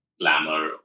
glamour